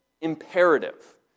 imperative